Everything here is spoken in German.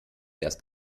erst